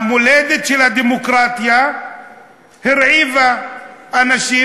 המולדת של הדמוקרטיה הרעיבה אנשים,